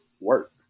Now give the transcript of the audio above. work